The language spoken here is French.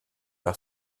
par